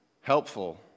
Helpful